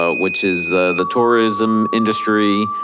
ah which is the tourism industry,